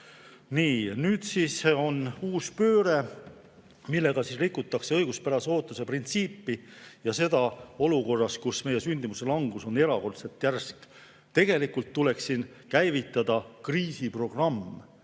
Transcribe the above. Nüüd on siis uus pööre, millega rikutakse õiguspärase ootuse printsiipi, ja seda tehakse olukorras, kus meie sündimuse langus on erakordselt järsk. Tegelikult tuleks siin käivitada kriisiprogramm,